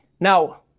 Now